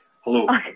hello